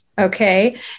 Okay